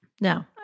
No